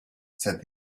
said